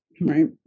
Right